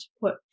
put